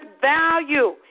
value